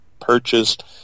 purchased